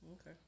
Okay